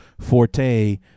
forte